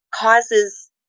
causes